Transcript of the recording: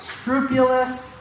scrupulous